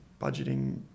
budgeting